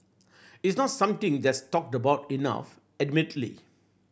it's not something that's talked about enough admittedly